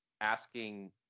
asking